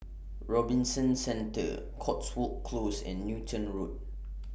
Robinson Centre Cotswold Close and Newton Road